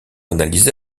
analysée